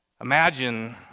Imagine